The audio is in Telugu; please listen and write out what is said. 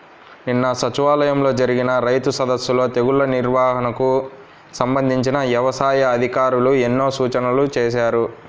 నిన్న సచివాలయంలో జరిగిన రైతు సదస్సులో తెగుల్ల నిర్వహణకు సంబంధించి యవసాయ అధికారులు ఎన్నో సూచనలు చేశారు